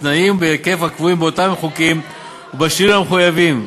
בתנאים ובהיקף הקבועים באותם חוקים ובשינויים המחויבים.